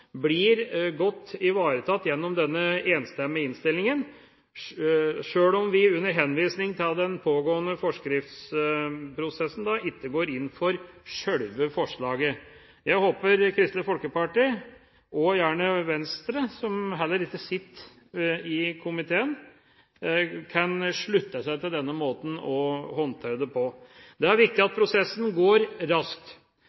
blir godt ivaretatt gjennom denne enstemmige innstillingen, sjøl om vi under henvisning til den pågående forskriftsprosessen ikke går inn for sjølve forslaget. Jeg håper Kristelig Folkeparti – og gjerne Venstre, som heller ikke sitter i komiteen – kan slutte seg til denne måten å håndtere det på. Det er viktig